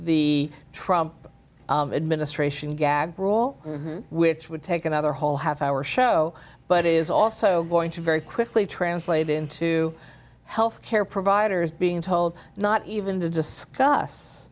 the trump administration gag rule which would take another whole half hour show but is also going to very quickly translate into health care providers being told not even to discuss